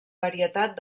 varietat